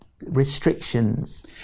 restrictions